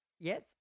Yes